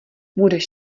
budeš